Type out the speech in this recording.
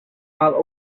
all